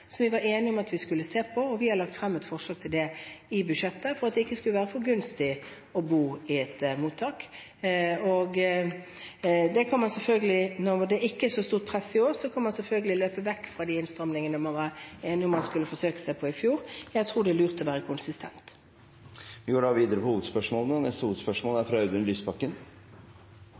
som vi var enige om at vi skulle se på, og vi har lagt frem et forslag om det i budsjettet for at det ikke skal være for gunstig å bo i et mottak. Når det ikke er så stort press i år, kan man selvfølgelig løpe vekk fra de innstrammingene man var enig om at man skulle forsøke seg på i fjor, men jeg tror det er lurt å være konsistent. Vi går videre til neste hovedspørsmål. Forskjellene øker i Norge, og denne regjeringen heier den utviklingen fram. Regjeringen tar fra